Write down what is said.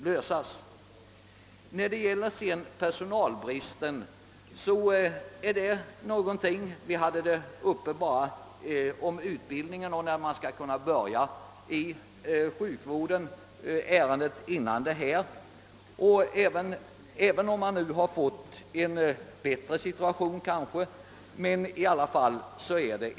Vad personalbristen beträffar så behandlades ju frågorna om utbildningen och om inträdesåldern för sjukvårdsbiträdeskurser i ärendet före detta. Även om situationen nu kanske har blivit bättre så finns det ändå pro blem kvar.